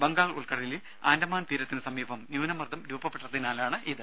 ബംഗാൾ ഉൾക്കടലിൽ ആൻഡമാൻ തീരത്തിന് സമീപം ന്യൂനമർദ്ദം രൂപപ്പെട്ടതിനാലാണിത്